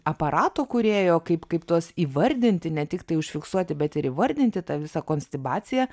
aparato kūrėjo kaip kaip tuos įvardinti ne tiktai užfiksuoti bet ir įvardinti tą visą konstibaciją